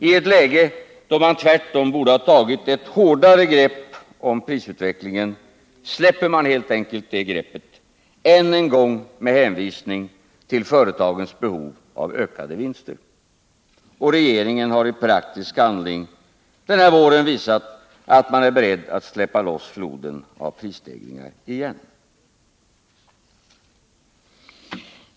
I ett läge då man tvärtom borde ha tagit ett hårdare grepp om prisutvecklingen släpper man helt enkelt det greppet, än en gång med hänvisning till företagens behov av ökade vinster. Regeringen har den här våren i praktisk handling visat att den på nytt är beredd att släppa loss floden av prisstegringar.